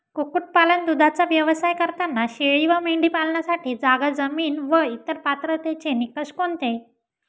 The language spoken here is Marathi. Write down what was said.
कुक्कुटपालन, दूधाचा व्यवसाय करताना शेळी व मेंढी पालनासाठी जागा, जमीन व इतर पात्रतेचे निकष कोणते?